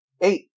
Eight